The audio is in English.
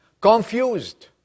confused